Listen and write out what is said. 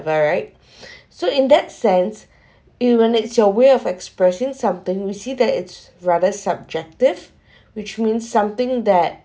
right so in that sense it will next your way of expressing something we see that it's rather subjective which means something that